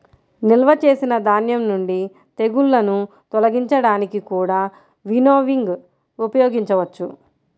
నిల్వ చేసిన ధాన్యం నుండి తెగుళ్ళను తొలగించడానికి కూడా వినోవింగ్ ఉపయోగించవచ్చు